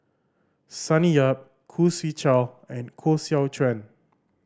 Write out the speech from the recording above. Sonny Yap Khoo Swee Chiow and Koh Seow Chuan